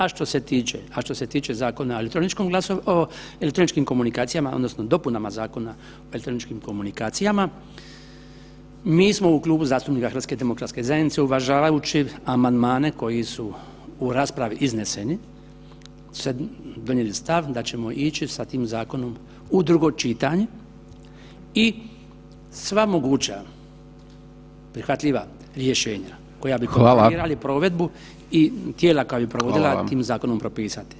A što se tiče, a što se tiče Zakona o elektroničkim komunikacijama odnosno dopunama Zakona o elektroničkim komunikacijama mi smo u Klubu zastupnika HDZ-a uvažavajući amandmane koji su u raspravi izneseni, donijeli stav da ćemo ići sa tim zakonom u drugo čitanje i sva moguća prihvatljiva rješenja koja bi [[Upadica: Hvala]] kontrolirali provedbu i tijela koja bi provodila [[Upadica: Hvala vam]] tim zakonom propisati.